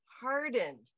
hardened